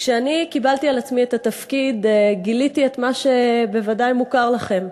כשאני קיבלתי על עצמי את התפקיד גיליתי את מה שבוודאי מוכר לכם.